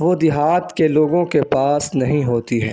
وہ دیہات کے لوگوں کے پاس نہیں ہوتی ہے